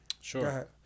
Sure